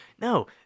No